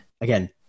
again